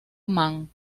man